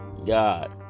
God